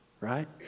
right